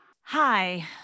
hi